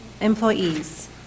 employees